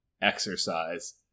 Exercise